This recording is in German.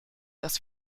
dass